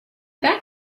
that